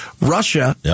Russia